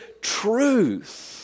truth